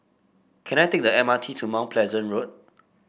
can I take the M R T to Mount Pleasant Road